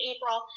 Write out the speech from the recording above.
April